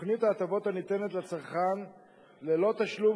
תוכנית ההטבות הניתנת לצרכן ללא תשלום